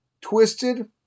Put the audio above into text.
twisted